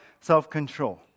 self-control